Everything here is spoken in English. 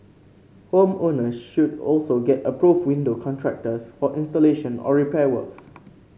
home owners should also get approved window contractors for installation or repair works